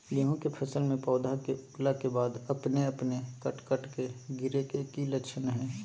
गेहूं के फसल में पौधा के उगला के बाद अपने अपने कट कट के गिरे के की लक्षण हय?